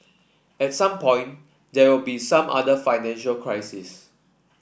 at some point there will be some other financial crises